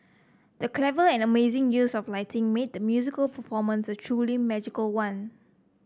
the clever and amazing use of lighting made the musical performance a truly magical one